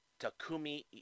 Takumi